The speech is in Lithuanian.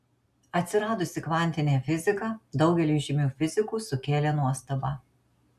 atsiradusi kvantinė fizika daugeliui žymių fizikų sukėlė nuostabą